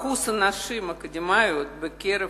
אחוז הנשים האקדמאיות בקרב